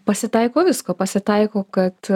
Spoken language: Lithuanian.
pasitaiko visko pasitaiko kad